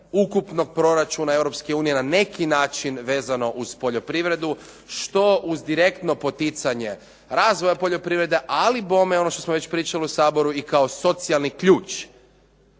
ukupnog proračuna EU na neki način vezano uz poljoprivredu što uz direktno poticanje razvoja poljoprivrede, ali bome i ono što smo već pričali u Saboru i kao socijalni ključ